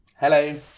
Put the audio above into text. Hello